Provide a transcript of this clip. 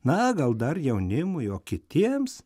na gal dar jaunimui o kitiems